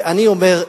ואני אומר,